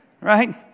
right